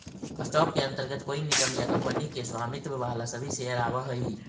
stock के अंतर्गत कोई निगम या कंपनी के स्वामित्व वाला सभी शेयर आवऽ हइ